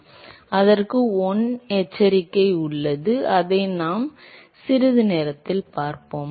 எனவே அதற்கு 1 எச்சரிக்கை உள்ளது அதை நாம் சிறிது நேரத்தில் பார்ப்போம்